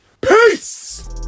PEACE